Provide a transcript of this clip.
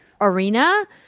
arena